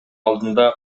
алдында